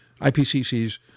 IPCC's